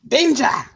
Danger